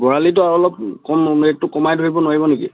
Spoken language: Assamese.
বৰালিটো আৰু অলপ কম ৰেটটো কমাই ধৰিব নোৱাৰিব নেকি